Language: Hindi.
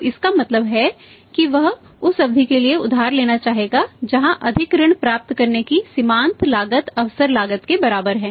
तो इसका मतलब है कि वह उस अवधि के लिए उधार लेना चाहेगा जहाँ अधिक ऋण प्राप्त करने की सीमांत लागत अवसर लागत के बराबर है